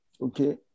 Okay